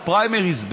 בפריימריז,